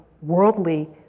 worldly